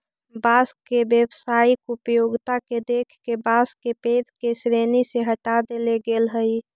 बाँस के व्यावसायिक उपयोगिता के देख के बाँस के पेड़ के श्रेणी से हँटा देले गेल हइ